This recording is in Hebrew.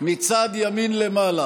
מצד ימין למעלה,